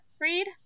read